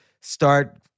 start